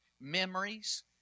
memories